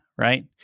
right